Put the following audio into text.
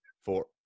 Four